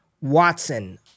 Watson